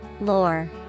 Lore